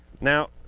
Now